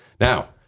Now